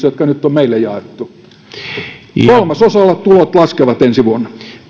jotka nyt on meille jaettu kolmasosalla tulot laskevat ensi vuonna